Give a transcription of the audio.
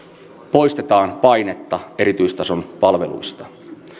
poistetaan painetta erityistason palveluista